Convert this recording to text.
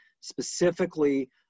specifically